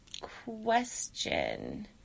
question